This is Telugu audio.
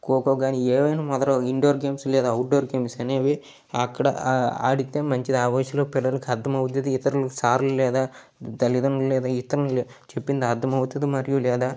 ఖోఖో కానీ ఏవైనా మొదలగు ఇండోర్ గేమ్స్ లేదా ఔట్డోర్ గేమ్స్ అనేవి అక్కడ ఆడితే మంచిది ఆ వయసులో పిల్లలకు అర్థం అవుతుంది ఇతరులు సార్ లేదా తల్లిదండ్రులు లేదా ఇతరులు చెప్పింది అర్థం అవుతుంది మరియు లేదా